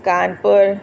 Kanpur